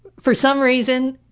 for some reason,